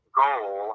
goal